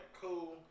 cool